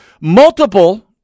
multiple